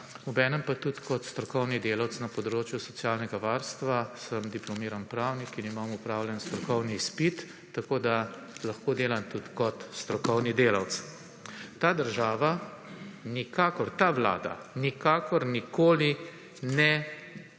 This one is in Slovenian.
obenem pa tudi kot strokovni delavec na področju socialnega varstva; sem diplomirani pravnik in imam opravljen strokovni izpit, tako lahko delam tudi kot strokovni delavec. Ta država, ta Vlada nikakor nikoli ne